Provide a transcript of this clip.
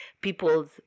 people's